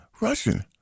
Russian